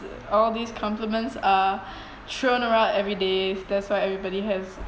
all these compliments are thrown around every day that's why everybody has